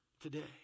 today